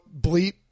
bleep